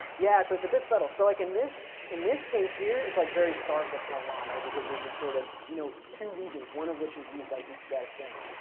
yeah so it's a bit subtle. so like in this in this case here, it's like very stark what's going on, because there's just sort of you know two regions, one of which is used by each set of things.